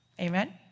amen